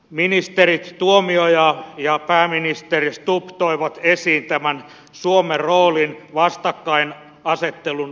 ministeri tuomioja ja pääministeri stubb toivat esiin tämän suomen roolin vastakkainasettelun vähentämisessä